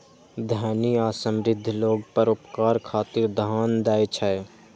धनी आ समृद्ध लोग परोपकार खातिर दान दै छै